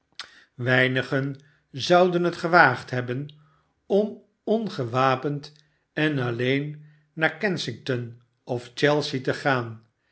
wemigen zouden het gewaagd hebben om ongewapend en alleen naar kensington of chelsea te gaan